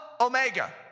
omega